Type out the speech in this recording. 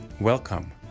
Welcome